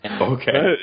okay